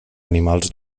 animals